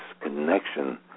connection